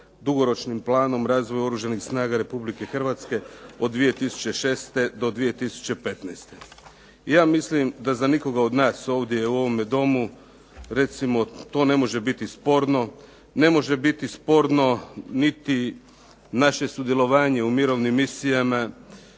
dugoročnim planom razvoja Oružanih snaga Republike Hrvatske od 2006. do 2015. Ja mislim da za nikoga od nas ovdje u ovome domu recimo to ne može biti sporno, ne može biti sporno niti naše sudjelovanje u mirovnim misijama.